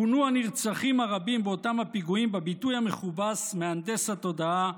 כונו הנרצחים הרבים באותם הפיגועים בביטוי המכובס מהנדס התודעה,